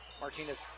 Martinez